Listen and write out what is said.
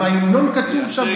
עם ההמנון כתוב שם,